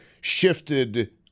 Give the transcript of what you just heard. shifted